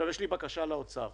יש לי בקשה לאוצר,